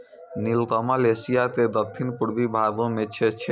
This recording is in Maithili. नीलकमल एशिया के दक्खिन पूर्वी भागो मे छै